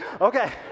Okay